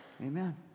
Amen